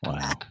Wow